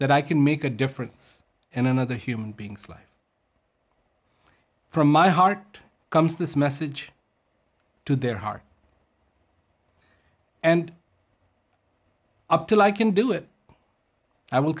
that i can make a difference in another human being's life from my heart comes this message to their heart and up till i can do it i will